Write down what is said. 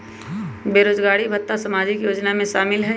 बेरोजगारी भत्ता सामाजिक योजना में शामिल ह ई?